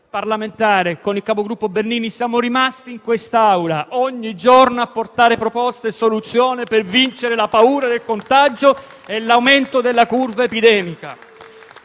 parlamentare e con il capogruppo Bernini, siamo rimasti in quest'Aula, ogni giorno, a portare proposte e soluzioni per vincere la paura del contagio e l'aumento della curva epidemica.